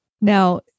Now